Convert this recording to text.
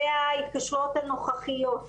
אלה ההתקשרויות הנוכחיות.